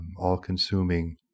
all-consuming